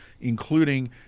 including